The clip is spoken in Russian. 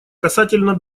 касательно